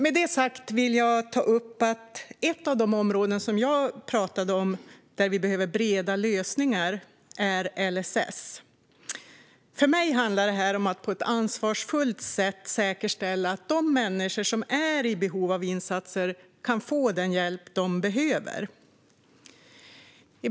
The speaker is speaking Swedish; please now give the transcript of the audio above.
Med det sagt vill jag ta upp ett av de områden som jag talade om och där vi behöver breda lösningar, nämligen LSS. För mig handlar det om att på ett ansvarsfullt sätt säkerställa att de människor som är i behov av insatser kan få den hjälp de behöver.